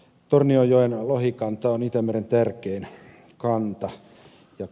tornionjoen lohikanta on itämeren tärkein kanta